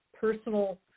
personal